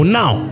now